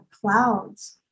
clouds